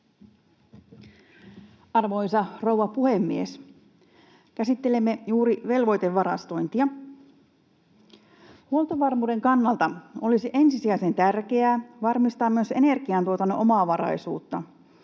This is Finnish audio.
Arvoisa rouva puhemies! Käsittelemme juuri velvoitevarastointia. Huoltovarmuuden kannalta olisi ensisijaisen tärkeää varmistaa myös energiantuotannon omavaraisuutta.